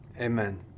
Amen